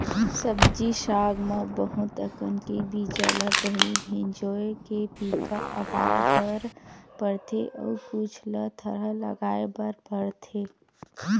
सब्जी साग म बहुत अकन के बीजा ल पहिली भिंजोय के पिका अवा बर परथे अउ कुछ ल थरहा लगाए बर परथेये